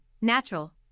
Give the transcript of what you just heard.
Natural